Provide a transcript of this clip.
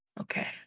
Okay